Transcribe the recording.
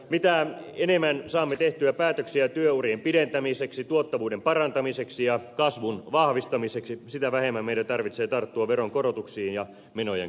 mitä enemmän saamme tehtyä päätöksiä työurien pidentämiseksi tuottavuuden parantamiseksi ja kasvun vahvistamiseksi sitä vähemmän meidän tarvitsee tarttua veronkorotuksiin ja menojen karsintaan